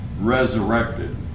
resurrected